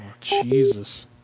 Jesus